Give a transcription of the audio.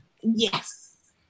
Yes